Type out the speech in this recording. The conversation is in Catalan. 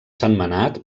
sentmenat